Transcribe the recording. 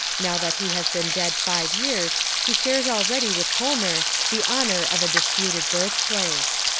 now that he has been dead five years he shares already with homer the honour of a disputed birth place.